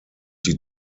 die